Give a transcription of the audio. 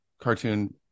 cartoon